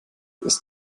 ist